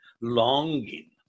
longing